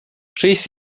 rhys